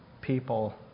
people